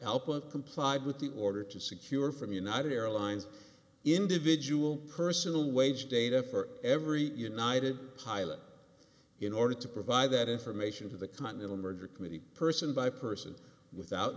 with complied with the order to secure from united airlines individual personal wage data for every united pilot in order to provide that information to the continental merger committee person by person without